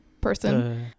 person